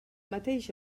mateix